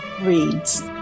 reads